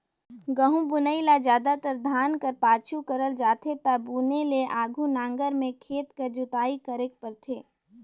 गहूँ बुनई ल जादातर धान कर पाछू करल जाथे ता बुने ले आघु नांगर में खेत कर जोताई करेक परथे